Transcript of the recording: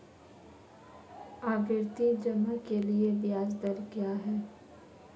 आवर्ती जमा के लिए ब्याज दर क्या है?